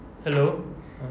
hello